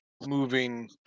moving